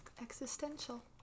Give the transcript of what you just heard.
existential